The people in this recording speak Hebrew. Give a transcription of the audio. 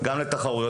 אילת.